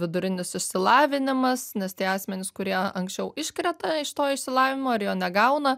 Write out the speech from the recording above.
vidurinis išsilavinimas nes tie asmenys kurie anksčiau iškreta iš to išsilavinimo ir jo negauna